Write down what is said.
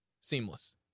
Seamless